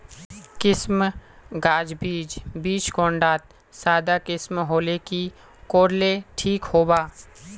किसम गाज बीज बीज कुंडा त सादा किसम होले की कोर ले ठीक होबा?